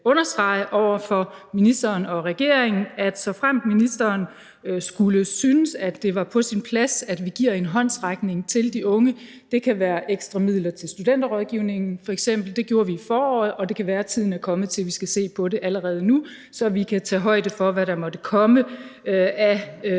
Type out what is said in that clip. understrege over for ministeren og regeringen, at såfremt ministeren skulle synes, at det var på sin plads, at vi giver en håndsrækning til de unge, er vi åbne over for det. Det kan f.eks. være ekstra midler til studenterrådgivningen; det gjorde vi i foråret, og det kan være, at tiden er kommet til, at vi skal se på det allerede nu, så vi kan tage højde for, hvad der måtte komme af